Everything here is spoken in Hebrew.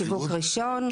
שיווק ראשון,